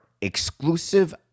exclusive